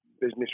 business